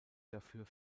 dafür